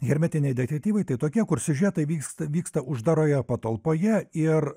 hermetiniai detektyvai tai tokie kur siužetai vyksta vyksta uždaroje patalpoje ir